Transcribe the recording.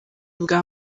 bwa